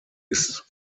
ist